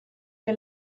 que